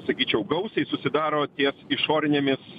sakyčiau gausiai susidaro ties išorinėmis